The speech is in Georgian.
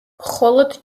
მხოლოდ